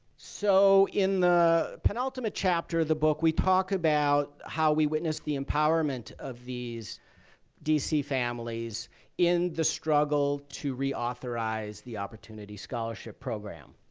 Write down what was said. so in the penultimate chapter of the book, we talk about how we witnessed the empowerment of these d c. families in the struggle to reauthorize the opportunity scholarship program.